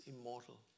immortal